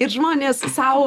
ir žmonės sau